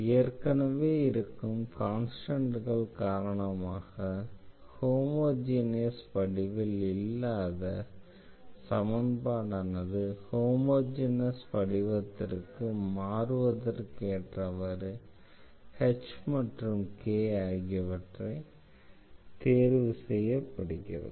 ஏற்கனவே இருக்கும் கான்ஸ்டன்ட்கள் காரணமாக ஹோமோஜெனஸ் வடிவில் இல்லாத சமன்பாடானது ஹோமோஜெனஸ் வடிவத்திற்கு மாறுவதற்கு ஏற்றவாறு h மற்றும் k ஆகியவை தேர்வு செய்யப்படுகிறது